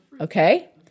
Okay